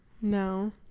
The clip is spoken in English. No